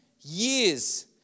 years